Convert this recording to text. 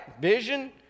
Vision